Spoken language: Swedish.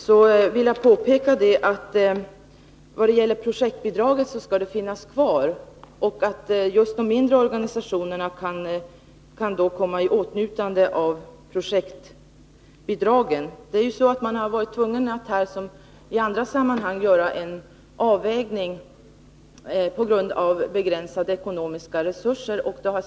Jag vill påpeka att projektbidraget skall finnas kvar. Just de mindre organisationerna kan då komma i åtnjutande av projektbidrag. Man har varit tvungen att här, som i andra sammanhang, göra en avvägning på grund av begränsade ekonomiska resurser.